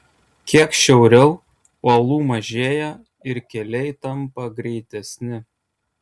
kiek šiauriau uolų mažėja ir keliai tampa greitesni